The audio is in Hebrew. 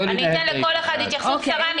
אני אתן לכל אחד לומר התייחסות קצרה.